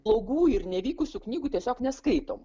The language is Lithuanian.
blogų ir nevykusių knygų tiesiog neskaitom